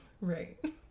right